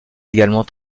également